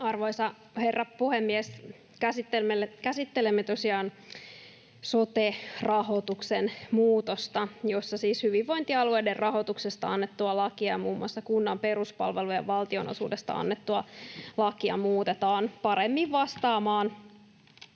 Arvoisa herra puhemies! Käsittelemme tosiaan sote-rahoituksen muutosta, jossa siis hyvinvointialueiden rahoituksesta annettua lakia, muun muassa kunnan peruspalvelujen valtionosuudesta annettua lakia, muutetaan paremmin vastaamaan